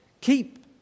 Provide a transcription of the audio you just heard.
Keep